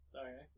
Okay